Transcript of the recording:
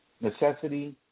necessity